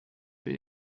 für